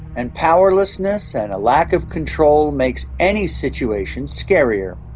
and powerlessness and a lack of control makes any situation scarier.